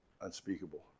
unspeakable